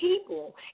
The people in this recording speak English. people